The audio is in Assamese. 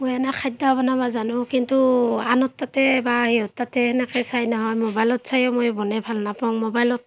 মই এনেই খাদ্য বনাব জানো কিন্তু আনৰ তাতে বা ইহঁত তাতে এনেকৈ চাই নহয় ম'বাইলত চাইও মই বনাই ভাল নাপাওঁ মই ম'বাইলত